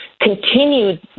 continued